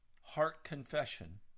heart-confession